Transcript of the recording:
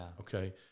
Okay